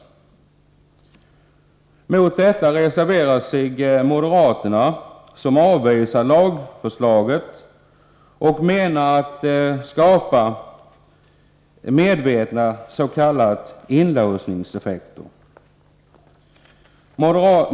Mot detta reserverar sig moderaterna, som avvisar lagförslaget och menar att det skapar medvetna s.k. inlåsningseffekter.